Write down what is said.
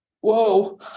whoa